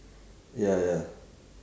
ya ya